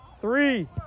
three